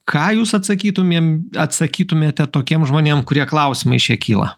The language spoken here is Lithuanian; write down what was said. ką jūs atsakytumėm atsakytumėte tokiem žmonėm kurie klausimai šie kyla